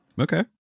Okay